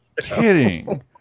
kidding